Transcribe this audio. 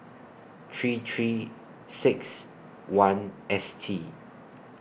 three three six one S T